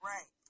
Right